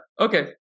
okay